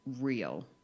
real